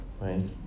Right